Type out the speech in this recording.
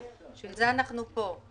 בשביל זה אנחנו פה.